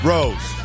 Rose